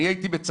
אני הייתי מצפה,